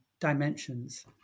dimensions